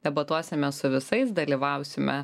debatuosime su visais dalyvausime